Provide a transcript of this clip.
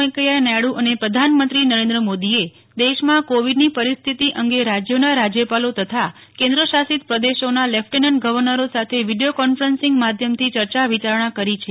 વૈકેંયા નાયડુ અને પ્રધાનમંત્રી નરેન્દ્ર મોદીએ દેશમાં કોવિડની પરિસ્થિતિ અંગે રાજયોના રાજયપાલો તથા કેન્દ્ર શાસિત પ્રદેશોના લેફટન્ટ ગર્વનરોની સાથે વીડિયો કોન્ફરન્સિંગ માધ્યમથી ચર્ચા વિચારણા કરી છે